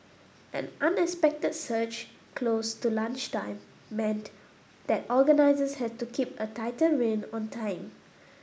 an unexpected surge close to lunchtime meant that organisers had to keep a tighter rein on time